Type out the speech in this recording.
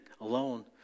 alone